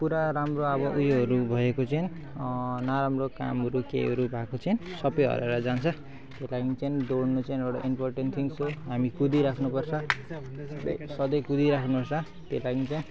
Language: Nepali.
पुरा राम्रो उयोहरू भएको चाहिँ नराम्रो कामहरू केहीहरू भएको छैन सबै हराएर जान्छ त्यही लागि चाहिँ दौडनु चाहिँ एउटा इम्पोर्टेन्ट थिङ्गस हो हामी कुदिराख्नु पर्छ सधैँ कुदिराख्नु पर्छ त्यता पनि छ